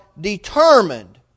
determined